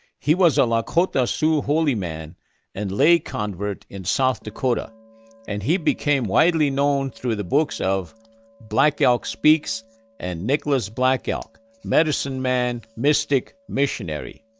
he was a lakota sioux holy man and lay convert in south dakota and he became widely known through the books black elk speaks and nicholas black elk medicine man, mystic, missionary.